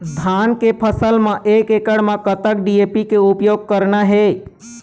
धान के फसल म एक एकड़ म कतक डी.ए.पी के उपयोग करना हे?